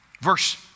Verse